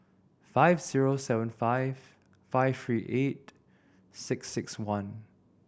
five zero seven five five three eight six six one